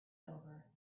over